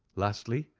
lastly,